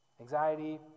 Anxiety